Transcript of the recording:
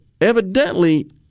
evidently